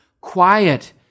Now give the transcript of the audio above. quiet